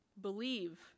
believe